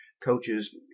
coaches